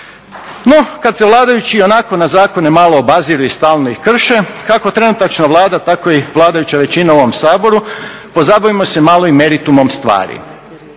No, kad se vladajući i onako na zakone malo obaziru i stalno ih krše, kako trenutačna Vlada tako i vladajuća većina u ovom Saboru, pozabavimo se malo i meritumom stvari.